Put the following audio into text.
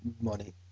money